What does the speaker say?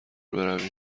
برویم